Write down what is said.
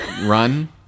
run